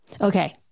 okay